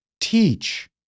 teach